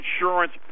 insurance